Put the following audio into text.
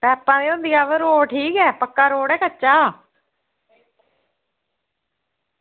भाका आह्ला रोड़ ठीक ऐ पक्का जां कच्चा